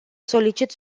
solicit